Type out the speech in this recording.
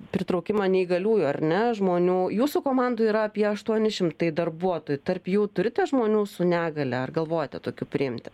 pritraukimą neįgaliųjų ar ne žmonių jūsų komandoj yra apie aštuoni šimtai darbuotojų tarp jų turite žmonių su negalia ar galvojate tokių priimti